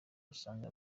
usanga